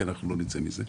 כי אנחנו לא נצא מזה.